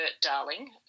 darling